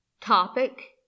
topic